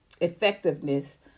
effectiveness